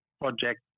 project